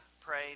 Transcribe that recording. pray